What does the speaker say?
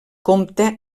compta